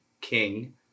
king